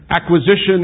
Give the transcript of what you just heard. Acquisition